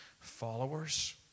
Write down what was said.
followers